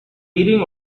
eating